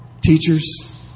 teachers